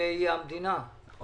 תקציבי המדינה, אבל